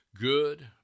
Good